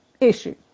issue